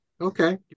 okay